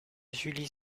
julie